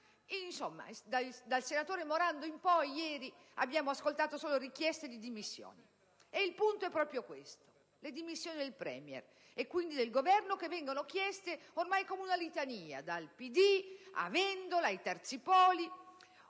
del senatore Morando di ieri in poi abbiamo ascoltato solo richieste di dimissioni. E il punto è proprio questo. Le dimissioni del Premier e, quindi, del Governo vengono chieste ormai come una specie di litania dal PD, da Vendola, da terzi poli.